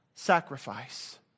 sacrifice